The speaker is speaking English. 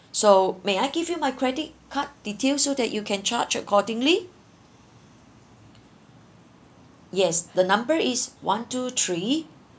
so may I give you my credit card details so that you can charge accordingly yes the number is one two three